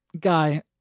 guy